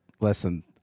Listen